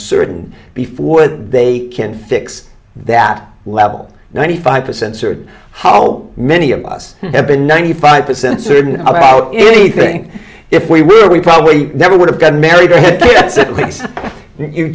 certain before they can fix that level ninety five percent certain how many of us have been ninety five percent certain about anything if we were we probably never would have gotten married or